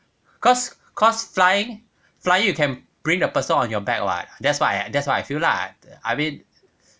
cause cause flying flying you can bring the person on your back [what] that's what I that's what I feel lah I mean